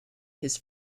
his